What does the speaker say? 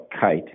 KITE